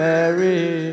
Mary